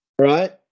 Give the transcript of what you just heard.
right